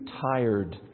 tired